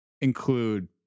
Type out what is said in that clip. include